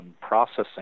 processing